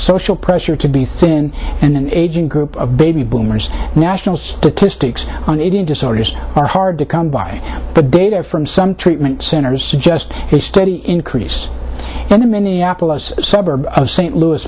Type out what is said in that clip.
social pressure to be thin and an aging group of baby boomers national statistics on aging disorders are hard to come by but data from some treatment centers suggest a steady increase in the minneapolis suburb of st louis